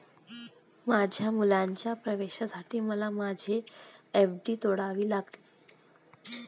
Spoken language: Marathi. माझ्या मुलाच्या प्रवेशासाठी मला माझी एफ.डी तोडावी लागली